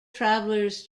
travellers